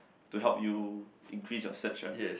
to help you increase your search ah